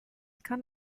kann